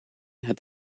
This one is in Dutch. het